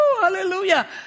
Hallelujah